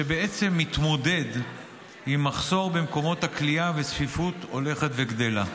שמתמודד עם מחסור במקומות הכליאה וצפיפות הולכת וגדלה.